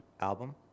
album